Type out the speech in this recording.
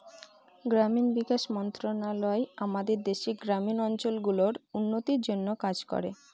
গ্রামীণ বিকাশ মন্ত্রণালয় আমাদের দেশের গ্রামীণ অঞ্চল গুলার উন্নতির জন্যে কাজ করে